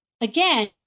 again